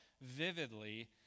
vividly